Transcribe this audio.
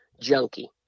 junkie